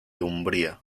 umbría